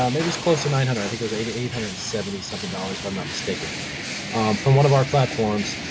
um it was close to nine hundred, i think it was eight eight hundred and seventy something dollars, if i'm not mistaken from one of our platforms.